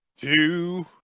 two